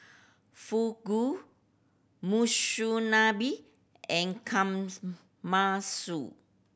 Fugu Monsunabe and Kamasmasu